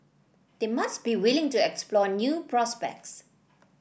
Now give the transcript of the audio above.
they must be willing to explore new prospects